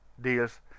deals